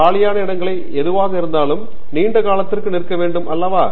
காலியான இடங்கள் எதுவாக இருந்தாலும் நீ நீண்ட காலத்திற்கு நிற்க வேண்டுமா